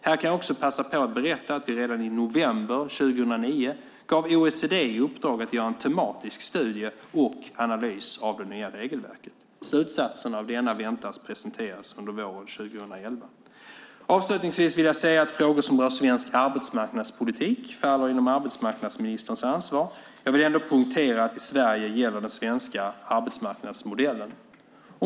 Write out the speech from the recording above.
Här kan jag också passa på att berätta att vi redan i november 2009 gav OECD i uppdrag att göra en tematisk studie och analys av det nya regelverket. Slutsatserna av denna väntas presenteras under våren 2011. Avslutningsvis vill jag säga att frågor som rör svensk arbetsmarknadspolitik faller inom arbetsmarknadsministers ansvar. Jag vill ändå poängtera att i Sverige gäller den svenska arbetsmarknadsmodellen.